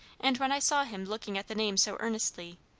and when i saw him looking at the name so earnestly,